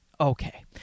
Okay